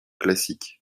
classique